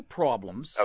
problems